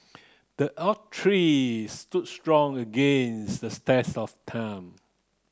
the oak tree stood strong against the test of time